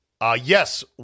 yes